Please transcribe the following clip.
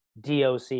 DOC